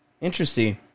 Interesting